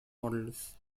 models